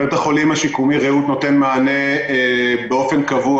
בית החולים השיקומי "רעות" נותן מענה באופן קבוע,